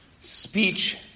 Speech